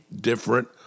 different